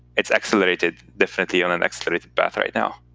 it's accelerated definitely on an accelerated path right now.